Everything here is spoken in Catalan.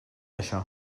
això